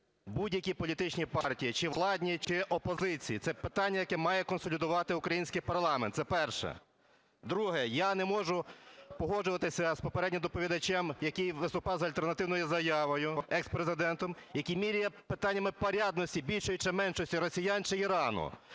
будь-яким політичним партіям: чи владним, чи опозиції. Це питання, яке має консолідувати український парламент. Це перше. Друге. Я не можу погоджуватися з попереднім доповідачем, який виступає з альтернативною заявою, екс-президентом, який міряє питаннями порядності більшої чи меншої росіян чи Ірану.